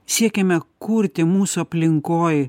siekiame kurti mūsų aplinkoj